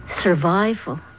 Survival